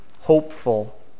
hopeful